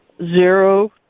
Zero